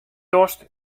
dochst